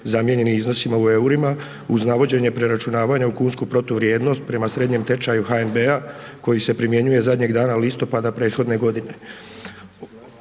zamijenjeni iznosima u eurima uz navođenje preračunavanja u kunsku protuvrijednost prema srednjem tečaju HNB-a koji se primjenjuje zadnjeg dana listopada prethodne godine.